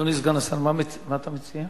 אדוני סגן השר, מה אתה מציע?